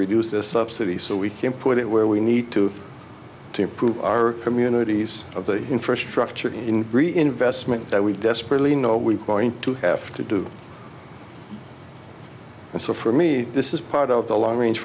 reduce this subsidy so we can put it where we need to to improve our communities of the infrastructure in reinvestment that we desperately know we're going to have to do and so for me this is part of the long range